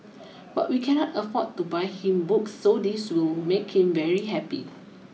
but we cannot afford to buy him books so this will make him very happy